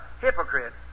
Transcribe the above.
hypocrite